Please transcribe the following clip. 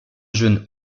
jeune